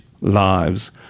lives